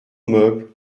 meubles